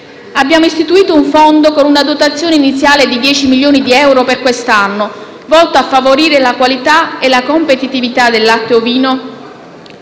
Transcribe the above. Abbiamo istituito un fondo con una dotazione iniziale di 10 milioni di euro per quest'anno, volto a favorire la qualità e la competitività del latte ovino